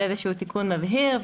זה איזשהו תיקון מבהיר.